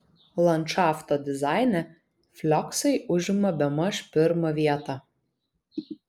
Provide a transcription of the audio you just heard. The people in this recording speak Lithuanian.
landšafto dizaine flioksai užima bemaž pirmą vietą